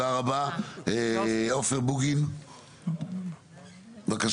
תודה רבה, עפר בוגין, בבקשה.